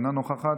אינה נוכחת,